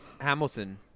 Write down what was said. Hamilton